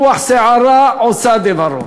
רוח סערה עושה דברו.